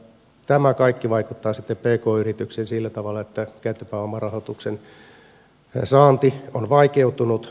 tämä kaikki vaikuttaa pk yrityksiin sillä tavalla että käyttöpääomarahoituksen saanti on vaikeutunut